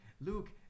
Luke